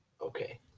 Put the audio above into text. Okay